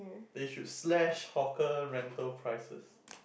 they should slash hawker rental prices